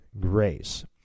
grace